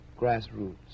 grassroots